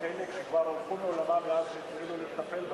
חלק כבר הלכו לעולמן מאז התחילו לטפל,